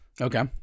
Okay